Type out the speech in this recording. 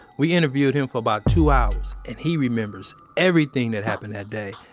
we interviewed him for about two hours, and he remembers everything that happened that day.